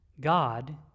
God